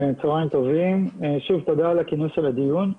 תודה על הכינוס של הדיון.